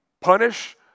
punish